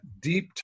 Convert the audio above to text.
deep